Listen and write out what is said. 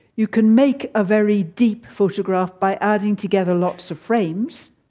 you can make a very deep photograph by adding together lots of frames,